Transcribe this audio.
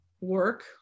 work